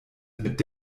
mit